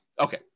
Okay